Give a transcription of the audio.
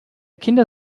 kinder